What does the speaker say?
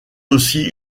aussi